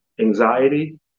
anxiety